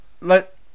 let